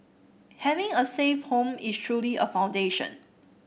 having a safe home is truly a foundation